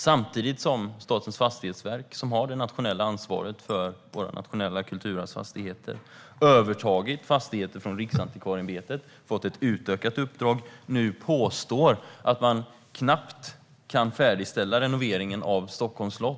Samtidigt påstår nu Statens fastighetsverk - som har det nationella ansvaret för våra kulturarvsfastigheter och som har övertagit fastigheter från Riksantikvarieämbetet och fått ett utökat uppdrag - att man knappt kan färdigställa renoveringen av Stockholms slott.